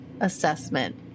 assessment